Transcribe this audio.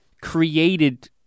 created